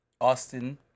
Austin